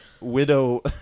widow